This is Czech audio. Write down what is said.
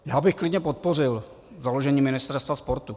Já bych klidně podpořil založení Ministerstva sportu.